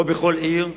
לא בכל עיר,